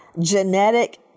genetic